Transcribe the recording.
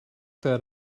that